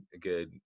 good